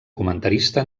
comentarista